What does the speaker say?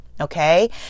Okay